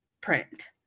print